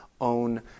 own